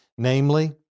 Namely